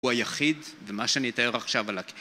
הוא היחיד, ומה שאני אתאר עכשיו עלייך